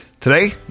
Today